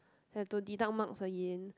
have to deduct marks again